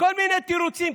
כל מיני תירוצים.